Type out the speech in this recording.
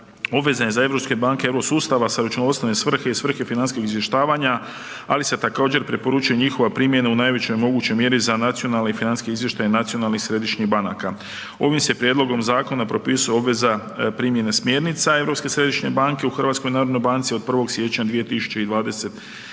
obvezna je za europske banke Eurosustava za računovodstvene svrhe i svrhe financijskog izvještavanja, ali se također preporučuje njihova primjena u najvećoj mogućoj mjeri za nacionalne i financijske izvještaje Nacionalnih središnjih banaka. Ovim se prijedlogom zakona propisuje obveza primjene smjernica ESB-a u HNB-u od 1. siječnja 2021.g.,